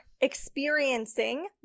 experiencing